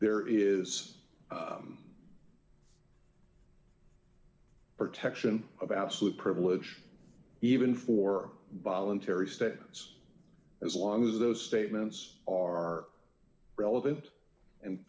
there is protection of absolute privilege even for voluntary statements as long as those statements are relevant and